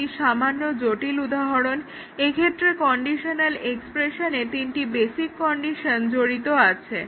এটি সামান্য জটিল উদাহরণ এক্ষেত্রে কন্ডিশনাল এক্সপ্রেশনে তিনটি বেসিক কন্ডিশন জড়িত আছে